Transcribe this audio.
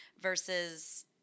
versus